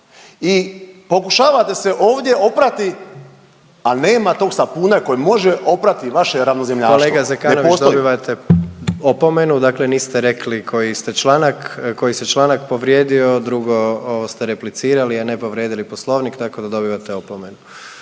i pokušavate se ovdje oprati, a nema tog sapuna koji može oprati vaše ravnozemljaštvo, ne postoji. **Jandroković, Gordan (HDZ)** Kolega Zekanović, dobivate opomenu, dakle niste rekli koji ste članak, koji se članak povrijedio, drugo, ovo ste replicirali, a ne povrijedili Poslovnik, tako da dobivate opomenu.